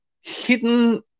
hidden